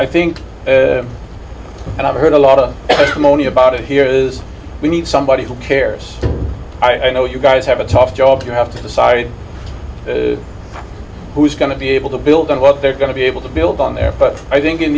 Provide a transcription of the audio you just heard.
i think and i've heard a lot of moaning about it here is we need somebody who cares i know you guys have a tough job you have to decide who's going to be able to build on what they're going to be able to build on there but i think in